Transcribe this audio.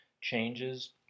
changes